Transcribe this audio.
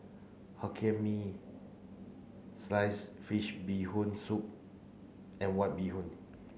Hokkien Mee slice fish bee hoon soup and white bee hoon